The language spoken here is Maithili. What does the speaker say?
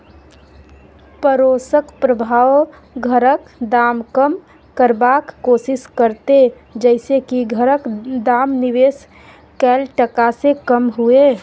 पडोसक प्रभाव घरक दाम कम करबाक कोशिश करते जइसे की घरक दाम निवेश कैल टका से कम हुए